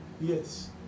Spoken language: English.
Yes